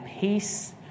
peace